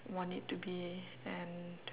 want it to be and